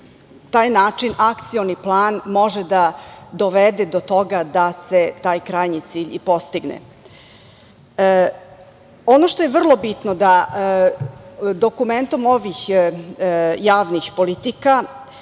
taj način Akcioni plan može da dovede do toga da se taj krajnji cilj i postigne. Ono što je vrlo bitno jeste da dokumentom ovih javnih politika